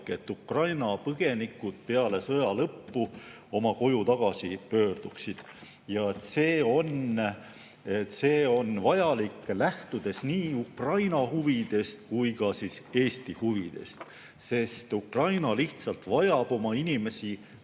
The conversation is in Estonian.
et Ukraina põgenikud peale sõja lõppu oma koju tagasi pöörduksid. See on vajalik, lähtudes nii Ukraina huvidest kui ka Eesti huvidest. Ukraina lihtsalt vajab oma inimesi,